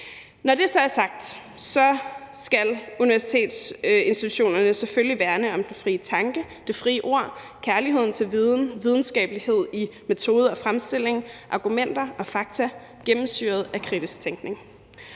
Når det så er sagt, skal universitetsinstitutionerne selvfølgelig værne om den frie tanke, det frie ord, kærligheden til viden, videnskabelighed i metode og fremstilling og argumenter og fakta gennemsyret af kritisk tænkning.